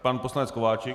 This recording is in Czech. Pan poslanec Kováčik.